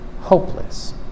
hopeless